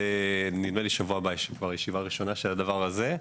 נדמה לי שבשבוע הבא תהיה ישיבה ראשונה של הדבר הזה,